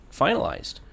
finalized